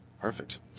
perfect